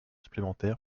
supplémentaire